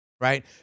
right